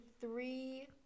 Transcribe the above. three